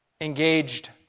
engaged